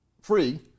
free